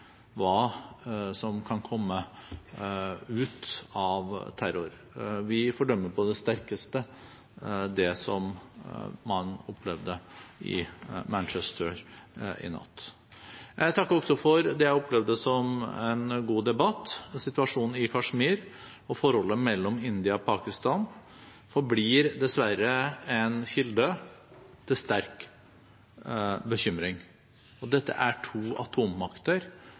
hva som kan komme ut av terror. Vi fordømmer på det sterkeste det som man opplevde i Manchester i natt. Jeg takker også for det jeg opplevde som en god debatt. Situasjonen i Kashmir og forholdet mellom India og Pakistan forblir dessverre en kilde til sterk bekymring. Dette er to atommakter,